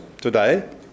today